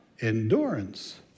Endurance